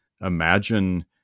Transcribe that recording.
imagine